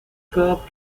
curve